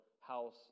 house